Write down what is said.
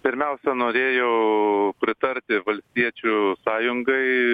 pirmiausia norėjau pritarti valstiečių sąjungai